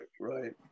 Right